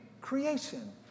creation